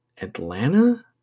Atlanta